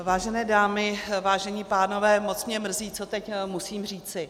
Vážené dámy, vážení pánové, moc mě mrzí, co teď musím říci.